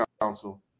Council